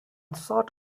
sought